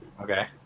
Okay